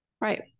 Right